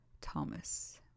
Thomas